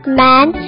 man